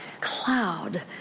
cloud